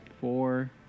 Four